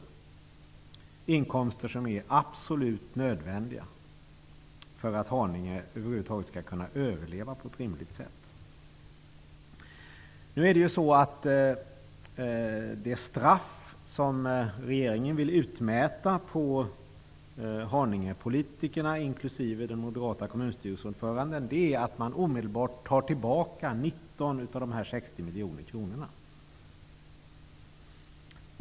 Det är inkomster som är absolut nödvändiga för att Haninge över huvud taget skall kunna överleva på ett rimligt sätt. Det straff som regeringen vill utmäta åt Haningepolitikerna, inklusive den moderata kommunstyrelseordföranden, är att den omedelbart tar tillbaka 19 av dessa 60 miljoner kronor.